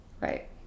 Right